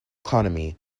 economy